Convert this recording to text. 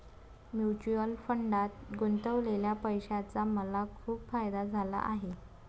mutual फंडात गुंतवलेल्या पैशाचा मला खूप फायदा झाला आहे